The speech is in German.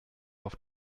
auf